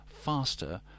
faster